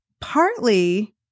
partly